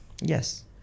Yes